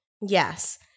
Yes